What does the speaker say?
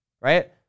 right